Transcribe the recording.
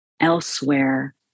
elsewhere